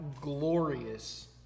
glorious